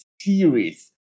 series